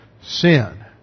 sin